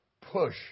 push